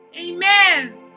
Amen